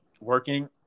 working